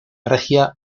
regia